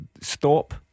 stop